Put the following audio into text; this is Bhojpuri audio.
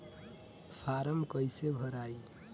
फारम कईसे भराई?